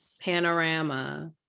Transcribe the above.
panorama